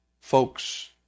Folks